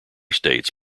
states